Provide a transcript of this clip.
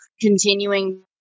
continuing